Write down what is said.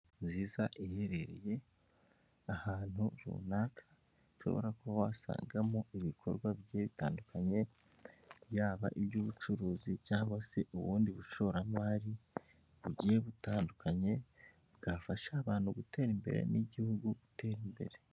Nziza iherereye ahantu runaka ushobora kuba wasangamo ibikorwa bigiye bitandukanye byaba iby'ubucuruzi cyangwa se ubundi bushoramari bugiye butandukanye bwafasha abantu gutera imbere n'igihugu gutera imbere.